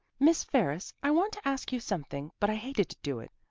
miss ferris, i want to ask you something, but i hated to do it,